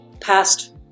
past